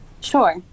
Sure